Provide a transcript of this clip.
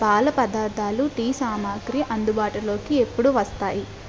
పాల పదార్ధాలు టీ సామాగ్రి అందుబాటులోకి ఎప్పుడు వస్తాయి